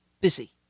busy